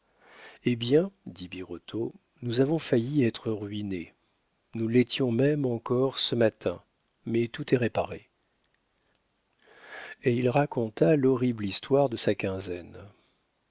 eh bien dit birotteau nous avons failli être ruinés nous l'étions même encore ce matin mais tout est réparé et il raconta l'horrible histoire de sa quinzaine